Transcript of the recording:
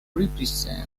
represents